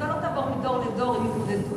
המצוקה לא תעבור מדור לדור אם יתמודדו